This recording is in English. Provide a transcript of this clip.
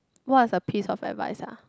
what is a piece of advice ah